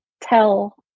tell